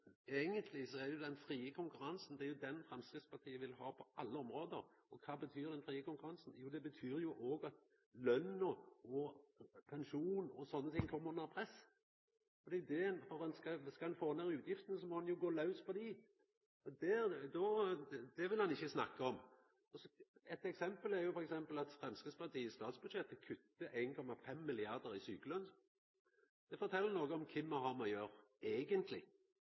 eigentleg fri konkurranse Framstegspartiet vil ha på alle område. Og kva betyr fri konkurranse? Jo, det betyr òg at lønna og pensjonen og sånne ting kjem under press. Skal ein få ned utgiftene, må ein jo gå laus på det. Det vil ein ikkje snakka om. Eitt eksempel er at Framstegspartiet i statsbudsjettet kuttar 1,5 mrd. kr i sjukelønn. Det fortel noko om kven me eigentleg har med å